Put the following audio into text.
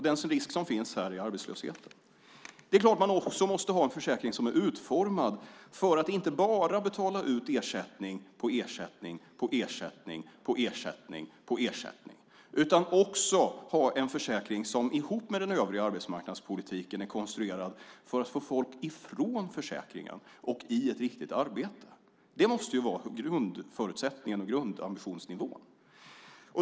Den risk som finns här är arbetslöshet. Det är klart att man också måste ha en försäkring som är utformad för att inte bara betala ut ersättning på ersättning, utan man måste också ha en försäkring som, tillsammans med den övriga arbetsmarknadspolitiken, är konstruerad för att få folk ifrån försäkringen och till ett riktigt arbete. Det måste vara grundförutsättningen och grundambitionsnivån.